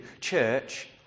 church